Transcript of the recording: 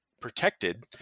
protected